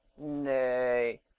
Nay